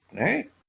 Right